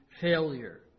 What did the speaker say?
failure